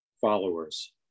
followers